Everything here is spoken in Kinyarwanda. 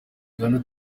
uganda